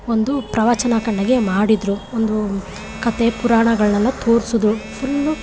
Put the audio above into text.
ಒಂದು ಪ್ರವಚನ ಕಂಡಂತೆ ಮಾಡಿದರು ಒಂದು ಕತೆ ಪುರಾಣಗಳನ್ನೆಲ್ಲ ತೋರ್ಸೋದು ಫುಲ್ಲು